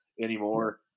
anymore